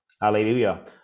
hallelujah